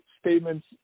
statements